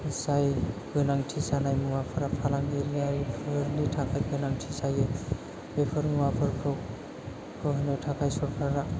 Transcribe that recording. जाय गोनांथि जानाय मुवाफोरा फालांगियारिफोरनि थाखाय गोनांथि जायो बेफोर मुवाफोरखौ होहोनो थाखाय सरकारा